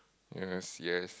yes yes